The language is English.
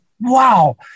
wow